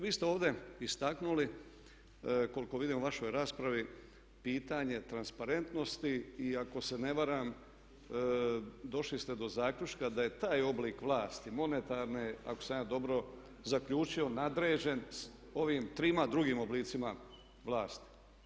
Vi ste ovdje istaknuli koliko vidim u vašoj raspravi pitanje transparentnosti i ako se ne varam došli ste do zaključka da je taj oblik vlasti monetarne, ako sam ja dobro zaključio nadređen ovim trima drugim oblicima vlasti.